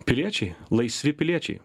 piliečiai laisvi piliečiai